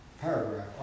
paragraph